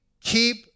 keep